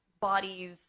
bodies